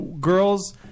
girls